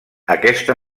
aquesta